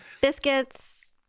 biscuits